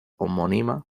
homónima